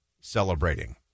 celebrating